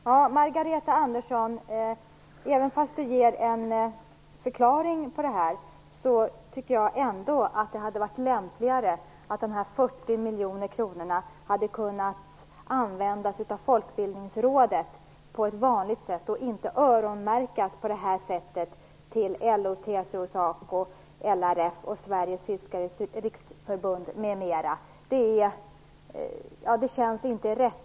Fru talman! Även om Margareta Andersson ger en förklaring tycker jag ändå att det hade varit lämpligare om de 40 miljonerna hade kunnat användas av Folkbildningsrådet på vanligt sätt och inte öronmärkas för LO, TCO, SACO, LRF, Sveriges fiskares riksförbund m.m. Det känns inte rätt.